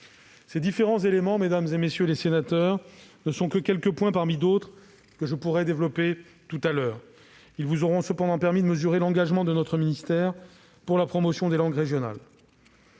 Ces différents éléments, mesdames, messieurs les sénateurs, n'en sont que quelques-uns parmi d'autres que je pourrai développer tout à l'heure. Ils vous auront cependant permis de mesurer l'engagement de notre ministère pour la promotion des langues régionales.